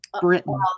Britain